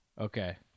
Okay